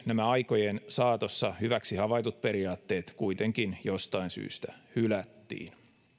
nämä aikojen saatossa hyväksi havaitut periaatteet kuitenkin jostain syystä hylättiin